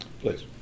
Please